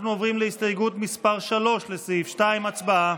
אנחנו עוברים להסתייגות מס' 3, לסעיף 2. הצבעה.